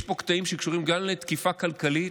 יש פה קטעים שקשורים גם לתקיפה כלכלית,